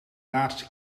laatste